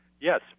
Yes